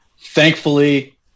thankfully